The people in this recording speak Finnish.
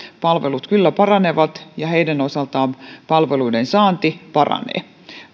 palvelut kyllä paranevat ja heidän osaltaan palveluiden saanti paranee